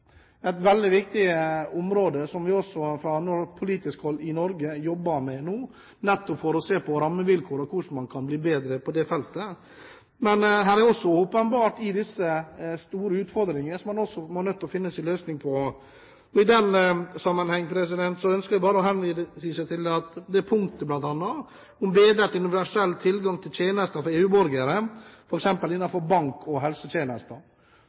et veldig viktig område som vi også fra politisk hold i Norge jobber med nå, nettopp for å se på rammevilkår og på hvordan man kan bli bedre på det feltet. Her er det også åpenbart store utfordringer, som man må finne en løsning på. I den sammenheng ønsker jeg bare å henvise til punktet om bl.a. bedret universell tilgang til tjenester for EU-borgere, f.eks. innenfor bank og innenfor helsetjenester.